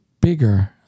bigger